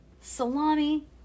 salami